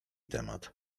temat